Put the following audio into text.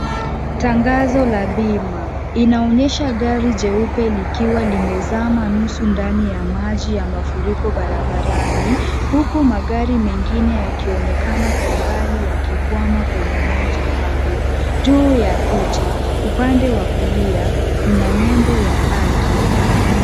Tangazo la bima, inaonyesha gari jeupe likiwa limezama nusu ndani ya maji yamafurika barabarani huku magari mengine yakionekana kwa mbali yakikwama kwenye maji hayo. Juu ya picha upande wa kulia kuna nembo ya Aki.